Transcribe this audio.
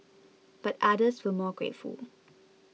but others were more grateful